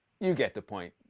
you get the point.